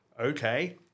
okay